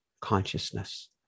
consciousness